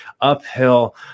uphill